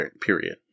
period